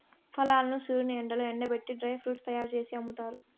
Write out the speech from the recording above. ఫలాలను సూర్యుని ఎండలో ఎండబెట్టి డ్రై ఫ్రూట్స్ తయ్యారు జేసి అమ్ముతారు